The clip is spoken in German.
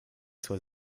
zur